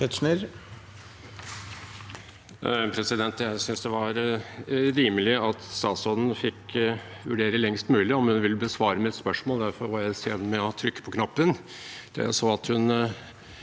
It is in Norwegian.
Jeg synes det var rimelig at statsråden fikk vurdere lengst mulig om hun ville besvare mitt spørsmål – derfor var jeg sen med å trykke på knappen